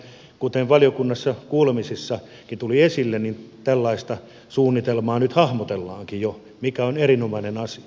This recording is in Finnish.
kuten valiokunnassa kuulemisissakin tuli esille tällaista suunnitelmaa nyt hahmotellaankin jo mikä on erinomainen asia